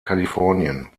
kalifornien